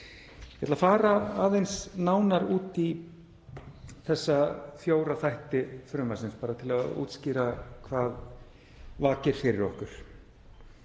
Ég ætla að fara aðeins nánar út í þessa fjóra þætti frumvarpsins, bara til að útskýra hvað vakir fyrir okkur.